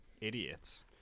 idiots